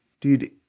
dude